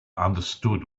understood